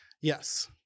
yes